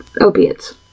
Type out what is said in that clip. opiates